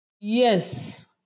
Yes